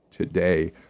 today